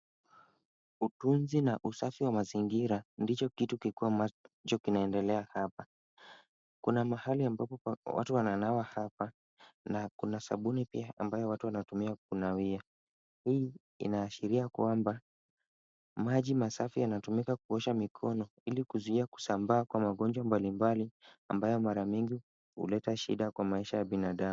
Utunzi na usafi wa mazingira ndicho kitu kikuu ambacho kinaendelea hapa. Kuna mahali ambapo watu wananawa hapa na kuna sabuni pia ambayo watu wanatumia kunawia. Hii inaashiria kwamba, maji masafi yanatumika kuosha mikono ili kuzuia kusambaa kwa magonjwa mbalimbali ambayo mara mingi huleta shida kwa maisha ya binadamu.